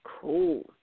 cool